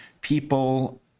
people